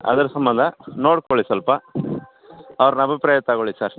ಅದ್ರ ಸಂಬಂಧ ನೋಡ್ಕೊಳಿ ಸ್ವಲ್ಪ ಅವ್ರ್ನ ಅಭಿಪ್ರಾಯ ತಗೊಳಿ ಸರ್